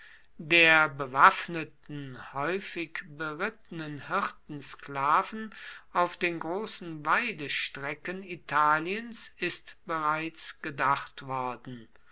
der bewaffneten häufig berittenen hirtensklaven auf den großen weidestrecken italiens ist bereits gedacht worden